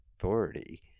authority